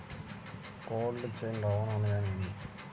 Cold chain రవాణా అనగా నేమి?